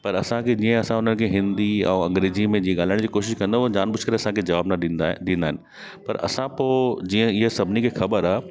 पर असांखे जीअं असां उननि खे हिंदी अऊं अंग्रेजी में जीअं ॻाल्हाइण जी कोशिशि कंदो उअ जानबुझ करे असांखे जवाब न ॾींदा इन पर असां खो जीअं हीअं सभिनी खे खबर आ